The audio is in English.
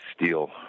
steal